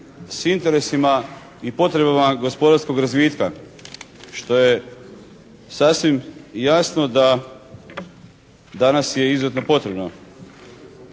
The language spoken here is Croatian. s interesima i potrebama gospodarskog razvitka, što je sasvim jasno da danas je izuzetno potrebno.